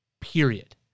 period